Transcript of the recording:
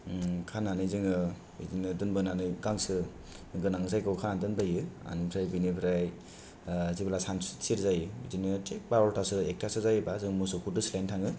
खानानै जोङो बिदिनो दोनबोनानै गांसो गोनां जायगायाव खाना दोनबोयो ओंफ्राय बेनिफ्राइ जेब्ला सानसुथिर जायो बिदिनो थिग बार'थासो एकथासो जायोब्ला जों मोसौखौ दोस्लायनो थाङो